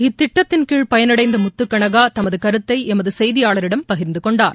இத்திட்டத்தின்கீழ் பயனடைந்த முத்துகனகா தமது கருத்தை எமது செய்தியாளரிடம் பகிர்ந்துகொண்டார்